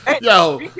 Yo